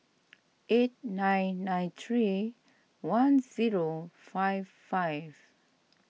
eight nine nine three one zero five five